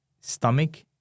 stomach